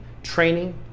training